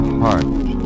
heart